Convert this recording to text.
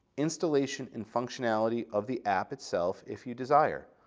installation and functionality of the app itself if you desire,